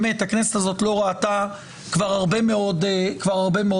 באמת הכנסת הזאת לא ראתה כבר הרבה מאוד תקציבים.